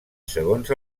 segons